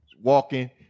walking